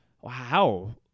Wow